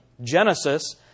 Genesis